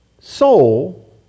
soul